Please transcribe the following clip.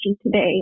today